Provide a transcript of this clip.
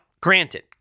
granted